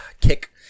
kick